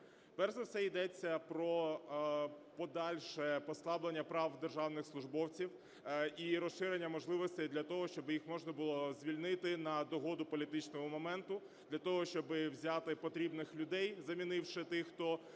Перш за все йдеться про подальше послаблення прав державних службовців і розширення можливостей для того, щоб їх можна було звільнити на догоду політичного моменту для того, щоби взяти потрібних людей, замінивши тих, хто